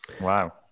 Wow